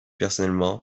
personnellement